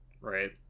Right